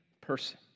person